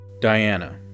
Diana